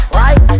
right